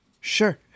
Sure